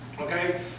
okay